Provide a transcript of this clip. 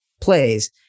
plays